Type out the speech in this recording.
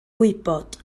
gwybod